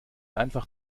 einfach